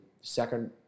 second